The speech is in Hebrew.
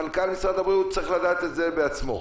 שמנכ"ל משרד הבריאות צריך לדעת את זה בעצמו.